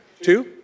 Two